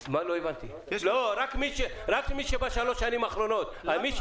לא, רק מי שבשלוש השנים האחרונות.